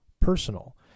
personal